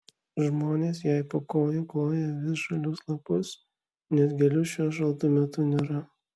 žmonės jai po kojų kloja visžalius lapus nes gėlių šiuo šaltu metu nėra